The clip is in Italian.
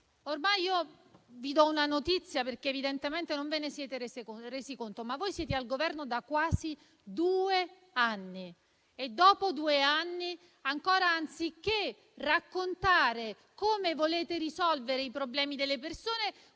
fate. Vi do una notizia perché evidentemente non ve ne siete resi conto: voi siete al Governo da quasi due anni e, anziché raccontare come volete risolvere i problemi delle persone,